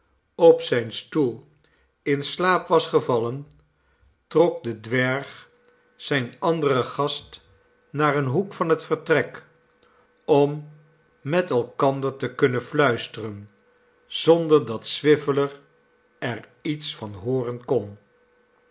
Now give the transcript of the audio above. op zijn stoel in slaap was gevallen trok de dwerg zijn anderen gast naar een hoek van het vertrek om met elkander te kunnen fluisteren zonder dat swiveller er iets van hooren kon